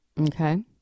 Okay